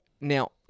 now